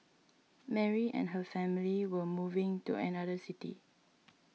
Mary and her family were moving to another city